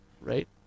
right